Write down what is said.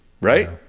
right